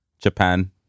Japan